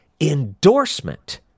endorsement